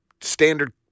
standard